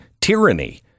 tyranny